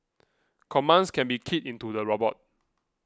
commands can be keyed into the robot